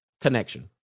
Connection